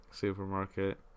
Supermarket